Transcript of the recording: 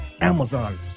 Amazon